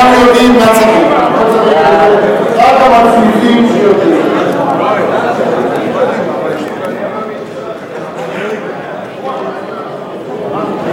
הצעת סיעת קדימה להביע אי-אמון בממשלה לא נתקבלה.